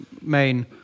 main